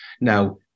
Now